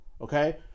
okay